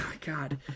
God